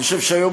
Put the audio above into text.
אני חושב שהיום,